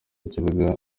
kibuga